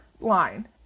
line